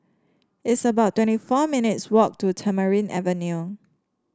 it's about twenty four minutes' walk to Tamarind Avenue